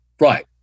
right